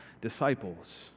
disciples